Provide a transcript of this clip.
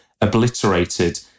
obliterated